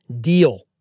deal